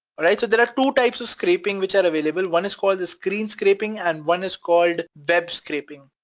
alright? so there are two types of scraping which are available. one is called the screen scraping and one is called web scraping,